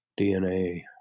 DNA